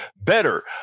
better